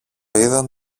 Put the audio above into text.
είδαν